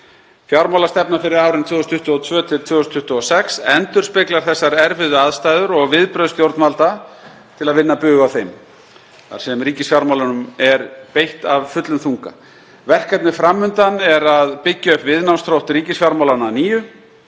Fjármálastefna fyrir árin 2022–2026 endurspeglar þessar erfiðu aðstæður og viðbrögð stjórnvalda til að vinna bug á þeim þar sem ríkisfjármálunum er beitt af fullum þunga. Verkefnið fram undan er að byggja upp viðnámsþrótt ríkisfjármálanna að nýju